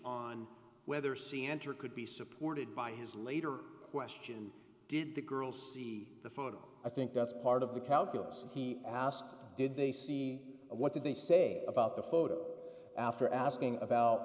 on whether c answer could be supported by his later question did the girl see the photo i think that's part of the calculus and he asked did they see what did they say about the photo after asking